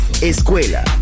escuela